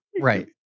Right